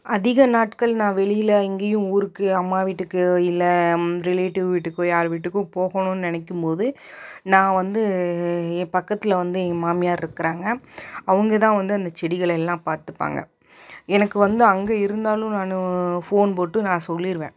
அதிக நாட்கள் நான் வெளியில் எங்கேயும் ஊருக்கு அம்மா வீட்டுக்கு இல்லை ரிலேட்டிவ் வீட்டுக்கோ யார் வீட்டுக்கும் போகணுன்னு நினைக்கும்போது நான் வந்து என் பக்கத்தில் வந்து எங்க மாமியாரிருக்கறாங்க அவங்க தான் வந்து அந்த செடிகளை எல்லாம் பார்த்துப்பாங்க எனக்கு வந்து அங்கே இருந்தாலும் நான் ஃபோன் போட்டு நான் சொல்லிடுவேன்